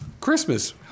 Christmas